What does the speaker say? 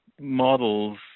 models